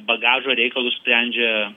bagažo reikalus sprendžia